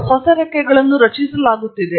ಮತ್ತು ಹೊಸ ರೆಕ್ಕೆಗಳನ್ನು ರಚಿಸಲಾಗುತ್ತಿದೆ